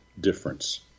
difference